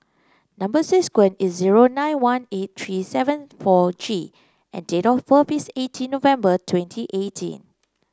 number is S zero nine one eight three seven four G and date of birth is eighteen November twenty eighteen